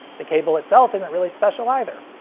the cable itself isn't really special, either.